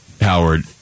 Howard